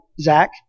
Zach